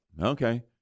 okay